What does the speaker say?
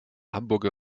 hamburger